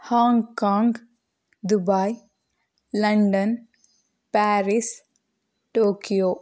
Hong Kong Dubai London Paris Tokyo